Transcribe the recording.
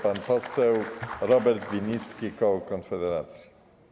Pan poseł Robert Winnicki, koło Konfederacji.